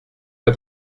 pas